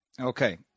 Okay